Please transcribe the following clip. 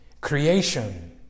creation